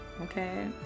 Okay